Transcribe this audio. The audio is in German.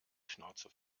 schnauze